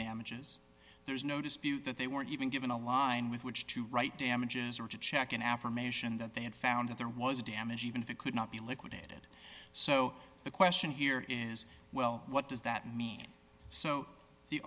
damages there's no dispute that they weren't even given a line with which to write damages or to check an affirmation that they had found that there was a damage even if it could not be liquidated so the question here is well what does that mean so the